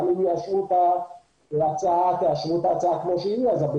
גם אם תאשרו את ההצעה כמו שהיא.